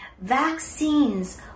vaccines